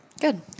Good